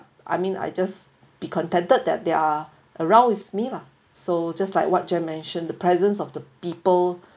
I mean I just be contented that they are around with me lah so just like what jan mentioned the presence of the people